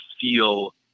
feel